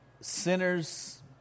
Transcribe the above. sinners